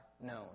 known